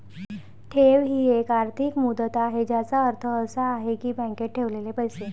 ठेव ही एक आर्थिक मुदत आहे ज्याचा अर्थ असा आहे की बँकेत ठेवलेले पैसे